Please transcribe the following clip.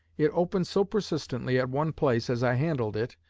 it opened so persistently at one place, as i handled it,